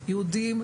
יהודים,